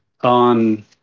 on